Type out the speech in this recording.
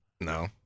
no